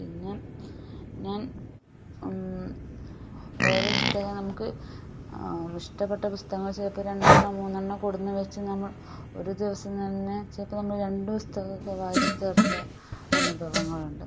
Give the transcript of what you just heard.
പിന്നെ ഞാൻ ഓരോ പുസ്തകം നമുക്ക് ആ ഇഷ്ടപെട്ട പുസ്തകങ്ങൾ ചിലപ്പോൾ രണ്ടെണ്ണം മൂന്നെണ്ണം കൊടുന്ന വച്ചാൽ നമ്മൾ ഒരു ദിവസം തന്നെ ചിലപ്പോൾ നമ്മൾ രണ്ട് പുസ്തകം ഒക്കെ വായിച്ചു തീർത്ത അനുഭവങ്ങളുണ്ട്